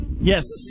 Yes